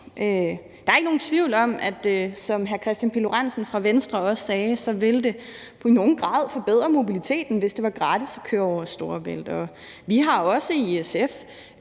Der er ikke nogen tvivl om, at det, som hr. Kristian Pihl Lorentzen fra Venstre også sagde, i nogen grad ville forbedre mobiliteten, hvis det var gratis at køre over Storebælt. Vi i SF